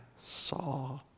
saw